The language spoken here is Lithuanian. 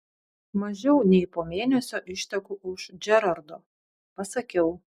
mažiau nei po mėnesio išteku už džerardo pasakiau